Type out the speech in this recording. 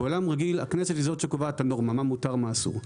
בעולם רגיל הכנסת היא זאת שקובעת הנורמה מה מותר ומה אסור,